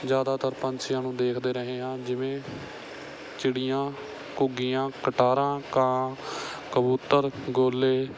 ਜ਼ਿਆਦਾਤਰ ਪੰਛੀਆਂ ਨੂੰ ਦੇਖਦੇ ਰਹੇ ਹਾਂ ਜਿਵੇਂ ਚਿੜੀਆਂ ਘੁੱਗੀਆਂ ਗਟਾਰਾਂ ਕਾਂ ਕਬੂਤਰ ਗੋਲੇ